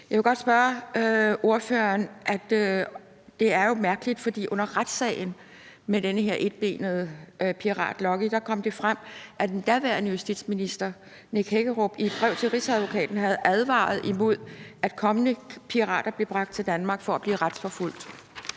Jeg vil godt spørge ordføreren om noget, jeg synes er mærkeligt. Under retssagen med den her etbenede pirat, Lucky, kom det frem, at den daværende justitsminister, Nick Hækkerup, i et brev til Rigsadvokaten havde advaret imod, at pirater blev bragt til Danmark for at blive retsforfulgt.